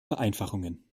vereinfachungen